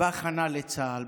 בהכנה לצה"ל,